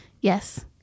yes